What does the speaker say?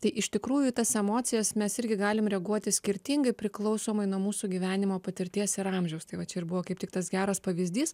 tai iš tikrųjų tas emocijas mes irgi galime reaguoti skirtingai priklausomai nuo mūsų gyvenimo patirties ir amžiaus tai va čia ir buvo kaip tik tas geras pavyzdys